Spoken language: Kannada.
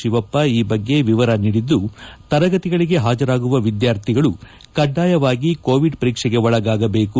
ಶಿವಪ್ಪ ಈ ಬಗ್ಗೆ ವಿವರ ನೀಡಿದ್ದು ತರಗತಿಗಳಿಗೆ ಹಾಜರಾಗುವ ವಿದ್ಯಾರ್ಥಿಗಳು ಕಡ್ಡಾಯವಾಗಿ ಕೋವಿಡ್ ಪರೀಕ್ಷೆಗೆ ಒಳಗಾಗಬೇಕು